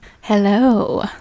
hello